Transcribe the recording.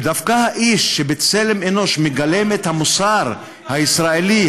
ודווקא האיש שבצלם אנוש מגלם את המוסר הישראלי,